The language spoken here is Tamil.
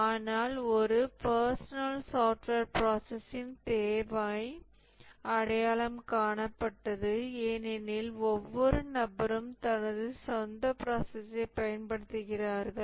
ஆனால் ஒரு பர்சனல் சாஃப்ட்வேர் ப்ராசஸ்ஸின் தேவை அடையாளம் காணப்பட்டது ஏனெனில் ஒவ்வொரு நபரும் தனது சொந்த ப்ராசஸ்யைப் பயன்படுத்துகிறார்கள்